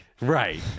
Right